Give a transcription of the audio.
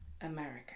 America